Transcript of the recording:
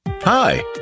Hi